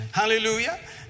hallelujah